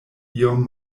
iom